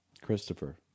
Christopher